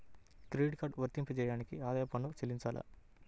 Credit card వర్తింపజేయడానికి ఆదాయపు పన్ను చెల్లించాలా?